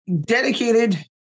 dedicated